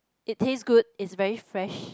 it taste good it's very fresh